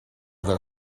their